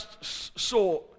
saw